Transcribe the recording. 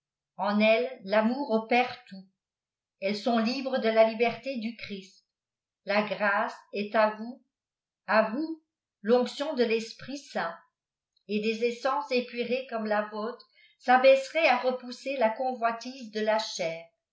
en elles tamour opère tout elles sont libret delà liberté du christ la grâce esl i vous à vousj lopction dr leaprit saint et di s essences épurées comme la vôtre s'abeisseraieut a repousser la couvouise de la chair